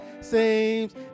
seems